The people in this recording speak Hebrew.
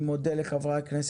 אני שמח שכבר זכינו לאשר כמעט